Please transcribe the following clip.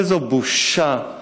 איזו בושה,